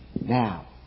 Now